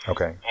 Okay